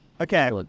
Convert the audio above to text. Okay